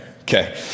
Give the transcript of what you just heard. Okay